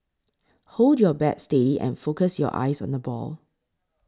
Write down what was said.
hold your bat steady and focus your eyes on the ball